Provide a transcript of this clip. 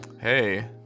Hey